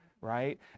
right